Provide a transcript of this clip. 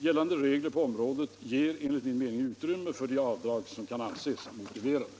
Gällande regler på området ger enligt min mening utrymme för de avdrag som kan anses motiverade.